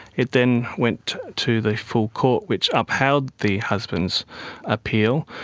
it then went to the full court which upheld the husband's appeal.